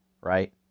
right